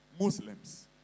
Muslims